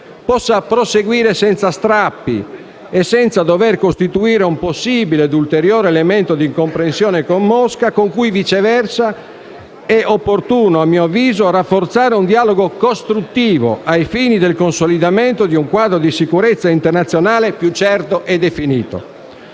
possa proseguire senza strappi e senza dover costituire un possibile e ulteriore elemento di incomprensione con Mosca, con cui viceversa è opportuno - a mio avviso - rafforzare un dialogo costruttivo ai fini del consolidamento di un quadro di sicurezza internazionale più certo e definito.